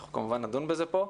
אנחנו כמובן נדון בזה פה.